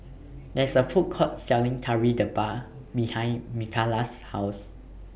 There IS A Food Court Selling Kari Debal behind Mikaila's House